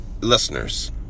listeners